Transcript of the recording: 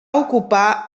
ocupar